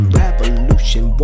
revolution